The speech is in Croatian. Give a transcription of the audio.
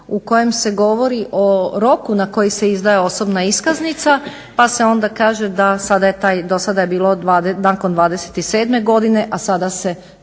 u kojem se govori o roku na koji se izdaje osobna iskaznica pa se onda kaže da je do sada bilo nakon 27.godine, a sada se